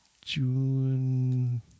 June